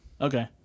Okay